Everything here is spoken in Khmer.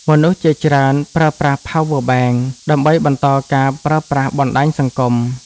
មនុស្សជាច្រើនប្រើប្រាស់ Power Bank ដើម្បីបន្តការប្រើប្រាស់បណ្តាញសង្គម។